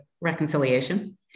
reconciliation